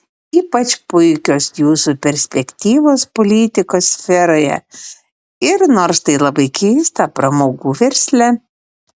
ypač puikios jūsų perspektyvos politikos sferoje ir nors tai labai keista pramogų versle